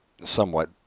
somewhat